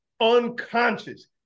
unconscious